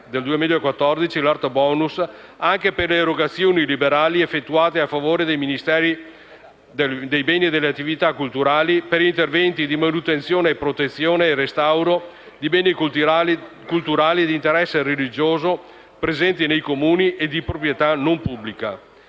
*art bonus*, anche per le erogazioni liberali effettuate a favore del Ministero dei beni e delle attività culturali e del turismo, per interventi di manutenzione, protezione e restauro di beni culturali di interesse religioso, presenti nei Comuni e di proprietà non pubblica.